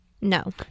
No